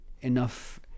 Enough